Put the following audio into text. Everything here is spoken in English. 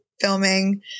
filming